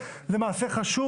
זה מעשה חשוב.